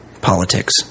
politics